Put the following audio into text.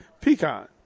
Pecan